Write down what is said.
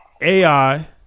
ai